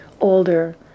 older